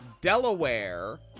Delaware